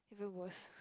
even worse